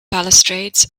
balustrades